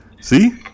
See